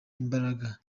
imbaraga